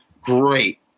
great